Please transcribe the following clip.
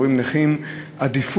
שאנחנו קוראים להם "נכים", עדיפות,